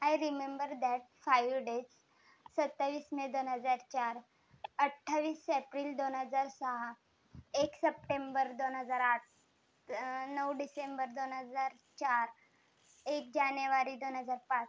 I remember that five dates सत्ताविस मे दोन हजार चार अठ्ठाविस एप्रिल दोन हजार सहा एक सप्टेंबर दोन हजार आठ नऊ डिसेंबर दोन हजार चार एक जानेवारी दोन हजार पाच